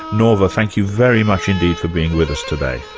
norva, thank you very much indeed for being with us today.